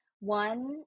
One